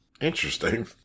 Interesting